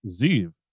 Ziv